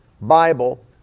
Bible